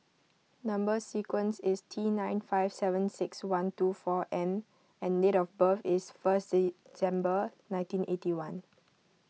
Number Sequence is T nine five seven six one two four M and date of birth is first December nineteen eighty one